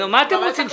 מה אתם רוצים?